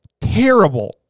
terrible